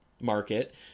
market